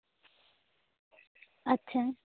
ᱟᱪᱪᱷᱟ